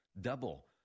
Double